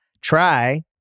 Try